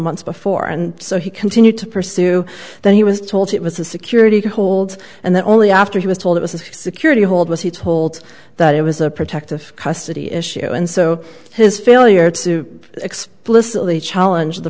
months before and so he continued to pursue that he was told it was a security hold and then only after he was told it was a security hold was he told that it was a protective custody issue and so his failure to explicitly challenge the